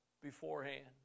beforehand